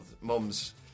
mums